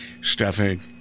stuffing